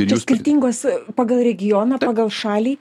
čia skirtingos pagal regioną pagal šalį